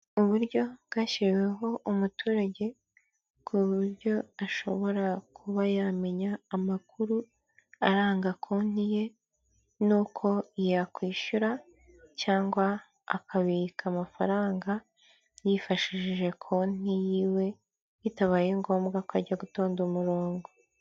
Uburyo bwashyiriweho umuturage ku buryo ashobora kuba yamenya amakuru aranga konti ye n'uko yakwishyura cyangwa akabika amafaranga, yifashishije konti yiwe bitabaye ngombwa ko akajya gutonda umurongo.